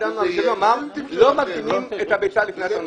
כפי שנאמר: לא מקדימים את הביצה לפני התרנגולת.